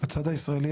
בצד הישראלי,